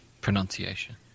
pronunciation